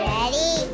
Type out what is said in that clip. Ready